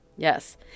Yes